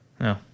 no